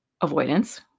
avoidance